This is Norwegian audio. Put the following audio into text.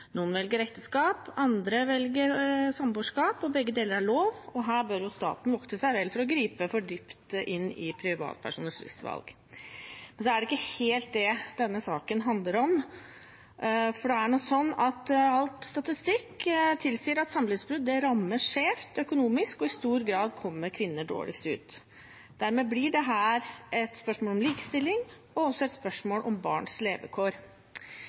Noen velger ekteskap, andre velger samboerskap, og begge deler er lov. Her bør staten vokte seg vel for å gripe for dypt inn i privatpersoners livsvalg. Så er det ikke helt det denne saken handler om, for all statistikk tilsier at samlivsbrudd rammer skjevt økonomisk, og i stor grad kommer kvinner dårligst ut. Dermed blir dette et spørsmål om likestilling, og også et spørsmål om barns levekår.